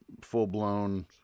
full-blown